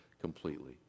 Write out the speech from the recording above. completely